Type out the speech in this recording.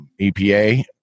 EPA